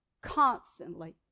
constantly